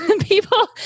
People